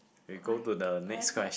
why why sad